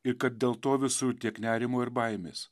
ir kad dėl to visur tiek nerimo ir baimės